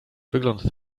wygląd